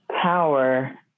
power